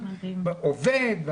הוא עובד,